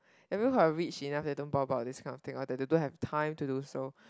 there are people who are rich enough that don't talk about this kind of thing or they don't have time to do so